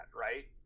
right